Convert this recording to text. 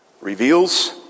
reveals